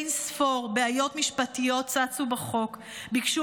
אין-ספור בעיות משפטיות צצו בחוק: ביקשו